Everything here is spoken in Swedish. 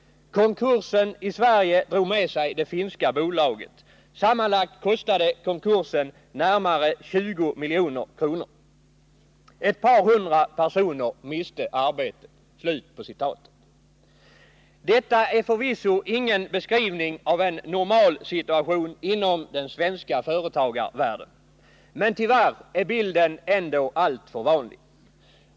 Konkursen i Sverige drog med sig det finska bolaget. Sammanlagt kostade konkursen närmare 20 miljoner kronor. Ett par hundra personer miste arbetet.” Detta är förvisso ingen beskrivning av en normalsituation inom den svenska företagarvärlden. Men tyvärr är bilden ändå alltför vanlig.